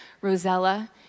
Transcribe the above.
Rosella